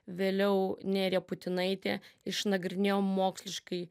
vėliau nerija putinaitė išnagrinėjo moksliškai